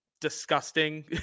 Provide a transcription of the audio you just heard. disgusting